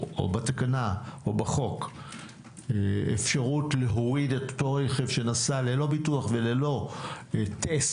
או בתקנה או בחוק אפשרות להוריד את אותו רכב שנסע ללא ביטוח וללא טסט,